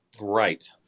Right